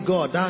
God